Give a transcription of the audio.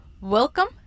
Welcome